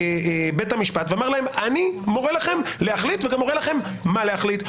בית המשפט ואמר להם אני מורה לכם להחליט וגם מורה לכם מה להחליט.